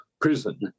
prison